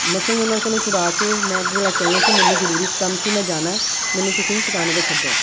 ਮਸਾ ਹੀ ਉਹਨਾਂ ਕੋਲੋਂ ਛੁਡਾ ਕੇ ਮੈਂ ਅੱਗੇ ਲੈ ਕੇ ਆਈ ਹਾਂ ਕਿ ਮੈਨੂੰ ਜ਼ਰੂਰੀ ਸੀ ਕੰਮ ਸੀ ਮੈਂ ਜਾਣਾ ਮੈਨੂੰ ਤੁਸੀਂ ਟਿਕਾਣੇ 'ਤੇ ਛੱਡੋ